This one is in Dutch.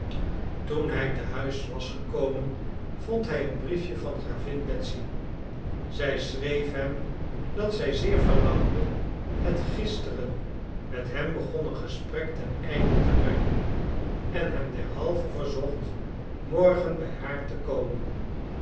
toen hij te huis was gekomen vond hij een briefje van gravin betsy zij schreef hem dat zij zeer verlangde het gisteren met hem begonnen gesprek ten einde te brengen en hem derhalve verzocht morgen by haar te komen